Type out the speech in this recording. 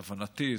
להבנתי,